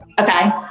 Okay